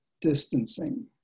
distancing